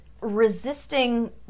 resisting